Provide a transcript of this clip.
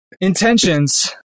intentions